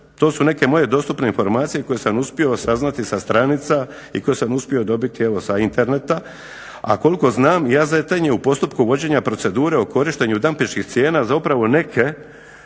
to su neke moje dostupne informacije koje sam uspio saznati sa stranica i koje sam uspio dobiti evo sa interneta. A koliko znam i AZTN je u postupku vođenja procedure o korištenju dampinških cijena za upravo neke